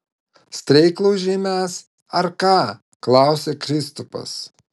streiklaužiai mes ar ką klausia kristupas